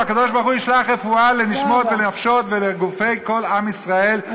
והקדוש-ברוך-הוא ישלח רפואה לנשמות ולנפשות ולגופי כל עם ישראל,